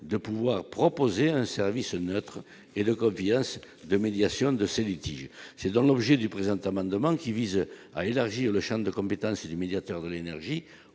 de pouvoir proposer un service neutre et le vient de médiation de ces litiges, c'est dans l'objet du présent amendement qui vise à élargir le Champ de compétence du médiateur de l'énergie